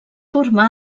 formà